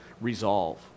resolve